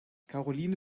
karoline